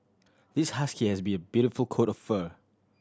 this husky has be a beautiful coat of fur